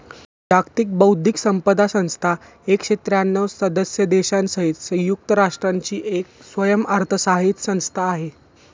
जागतिक बौद्धिक संपदा संस्था एकशे त्र्यांणव सदस्य देशांसहित संयुक्त राष्ट्रांची एक स्वयंअर्थसहाय्यित संस्था आहे